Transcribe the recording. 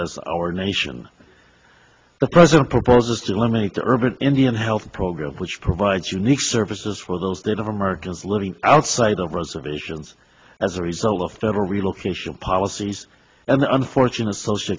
as our nation the president proposes to eliminate the urban indian health program which provides unique services for those that have americans living outside of reservations as a result of their relocation policies and the unfortunate soci